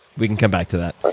we can come back to that.